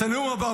את הנאום הבא,